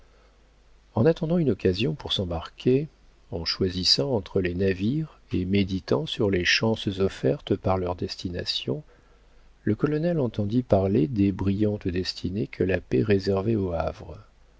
en attendant une occasion pour s'embarquer en choisissant entre les navires et méditant sur les chances offertes par leurs destinations le colonel entendit parler des brillantes destinées que la paix réservait au havre